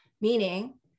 meaning